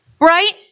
Right